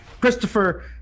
Christopher